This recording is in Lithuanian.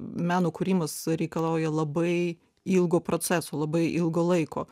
meno kūrimas reikalauja labai ilgo proceso labai ilgo laiko